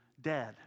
dead